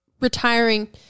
retiring